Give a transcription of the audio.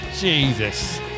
Jesus